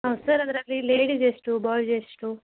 ಹಾಂ ಸರ್ ಅದರಲ್ಲಿ ಲೇಡೀಸ್ ಎಷ್ಟು ಬಾಯ್ಸ್ ಎಷ್ಟು